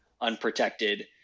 unprotected